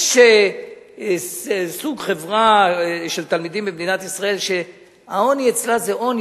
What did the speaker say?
יש סוג חברה של תלמידים במדינת ישראל שהעוני אצלה זה עוני,